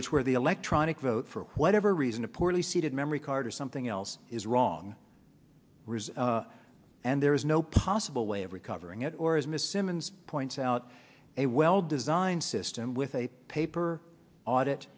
is where the electronic vote for whatever reason a poorly seated memory card or something else is wrong and there is no possible way of recovering it or is miss him and points out a well designed system with a paper audit